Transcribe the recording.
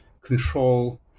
control